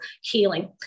healing